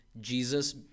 Jesus